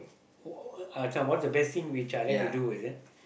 uh this one what's the best thing which I like to do is it